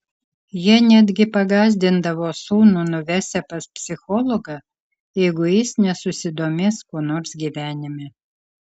jie netgi pagąsdindavo sūnų nuvesią pas psichologą jeigu jis nesusidomės kuo nors gyvenime